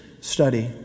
study